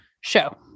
show